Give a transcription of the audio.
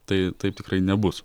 tai taip tikrai nebus